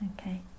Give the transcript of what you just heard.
Okay